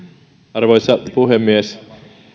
arvoisa puhemies